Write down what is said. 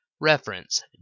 Reference